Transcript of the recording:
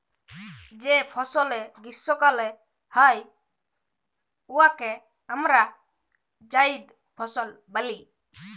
যে ফসলে গীষ্মকালে হ্যয় উয়াকে আমরা জাইদ ফসল ব্যলি